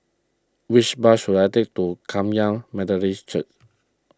which bus should I take to Kum Yan Methodist Church